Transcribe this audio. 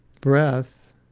breath